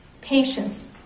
patience